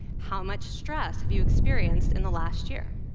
how much stress have you experienced in the last year?